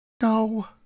No